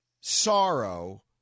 sorrow